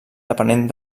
depenent